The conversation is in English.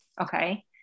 Okay